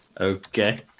Okay